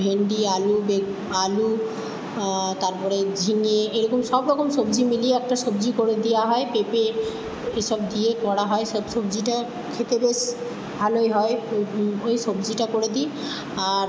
ভেন্ডি আলু বেগুন আলু তারপরে ঝিঙে এরকম সব রকম সবজি মিলিয়ে একটা সবজি করে দেওয়া হয় পেঁপে এসব দিয়ে করা হয় সব সবজিটা খেতে বেশ ভালোই হয় ও ওই সবজিটা করে দিই আর